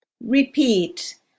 Repeat